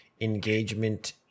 Engagement